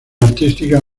artística